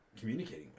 communicating